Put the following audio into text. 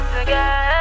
again